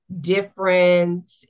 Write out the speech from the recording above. different